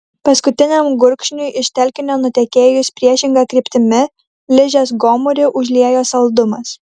paskutiniam gurkšniui iš telkinio nutekėjus priešinga kryptimi ližės gomurį užliejo saldumas